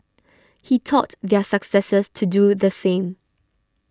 he taught their successors to do the same